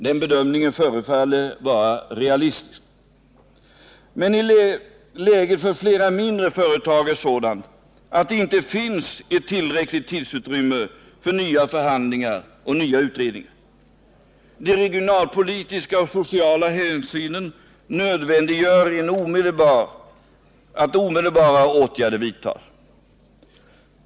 Den bedömningen förefaller vara realistisk. Men läget för flera mindre företag är sådant att det inte finns ett tillräckligt tidsutrymme för nya förhandlingar och nya utredningar. De regionalpolitiska och sociala hänsynen nödvändiggör att omedelbara åtgärder vidtas.